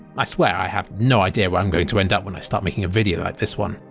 i swear i have no idea where i'm going to end up when i start making a video like this one.